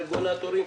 הרגולטורים,